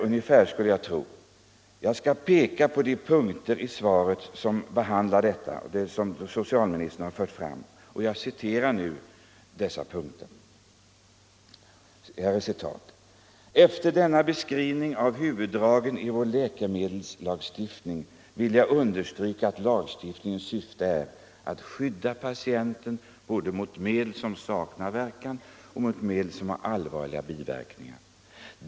Jag skall peka på de punkter i socialministerns svar som behandlar detta; jag citerar nu dessa punkter: ”Efter denna beskrivning av huvuddragen i vår läkemedelslagstiftning vill jag understryka, att lagstiftningens syfte är att skydda patienterna både mot medel som saknar verkan och mot medel som har allvarliga biverkningar.